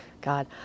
God